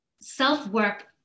self-work